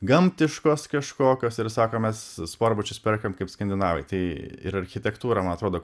gamtiškos kažkokios ir sako mes sportbačius perkam kaip skandinavai tai ir architektūra man atrodo